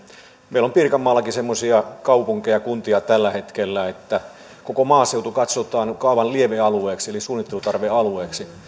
meillä on pirkanmaallakin semmoisia kaupunkeja ja kuntia tällä hetkellä että koko maaseutu katsotaan jo kaavan lievealueeksi eli suunnittelutarve alueeksi